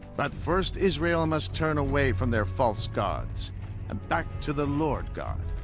but first israel must turn away from their false gods and back to the lord god,